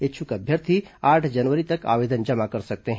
इच्छ्क अभ्यर्थी आठ जनवरी तक आवेदन जमा कर सकते हैं